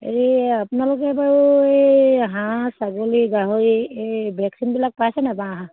হেৰি আপোনালোকে বাৰু এই হাঁহ ছাগলী গাহৰি এই ভেকচিনবিলাক পাইছেনে বাৰু